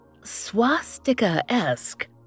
swastika-esque